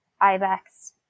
Ibex